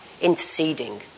interceding